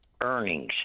earnings